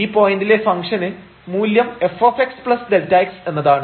ഈ പോയിന്റിലെ ഫംഗ്ഷന് മൂല്യം fxΔx എന്നതാണ്